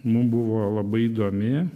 mum buvo labai įdomi